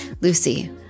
Lucy